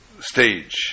stage